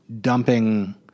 dumping